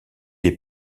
est